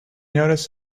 noticed